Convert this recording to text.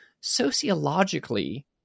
sociologically